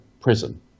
prison